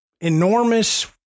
enormous